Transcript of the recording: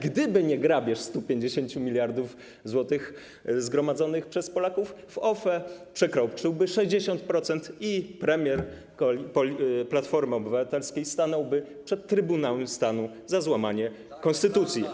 Gdyby nie grabież 150 mld zł zgromadzonych przez Polaków w OFE, przekroczyłby 60% i premier Platformy Obywatelskiej stanąłby przed Trybunałem Stanu za złamanie konstytucji.